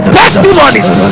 testimonies